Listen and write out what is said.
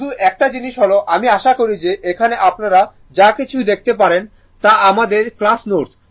শুধু একটা জিনিস হল আমি আশা করি যে এখানে আপনারা যা কিছু দেখতে পারেন তা আমার ক্লাস নোটস